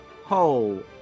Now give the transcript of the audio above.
Ho